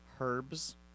Herbs